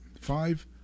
Five